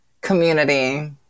community